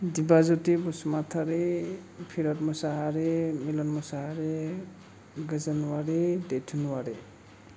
दिब्याज्योति बुसमतारी पिरथ मुसाहारी मिलन मुसाहारी गोजोन अवारी दैथुन अवारी